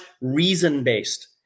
reason-based